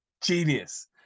genius